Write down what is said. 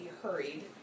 hurried